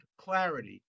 clarity